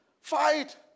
Fight